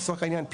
לצורך העניין,